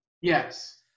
Yes